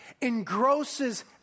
engrosses